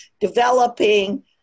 developing